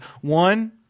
One